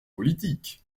politiques